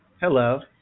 Hello